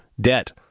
debt